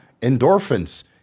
endorphins